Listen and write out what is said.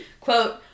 Quote